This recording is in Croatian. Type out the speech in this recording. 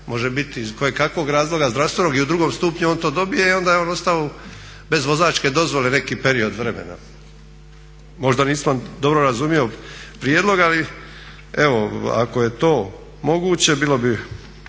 može biti iz kojekakvog razloga zdravstvenog i u drugom stupnju on to dobije i onda je on ostao bez vozačke dozvole neki period vremena. Možda nisam dobro razumio prijedlog, ali evo ako je to moguće bilo bi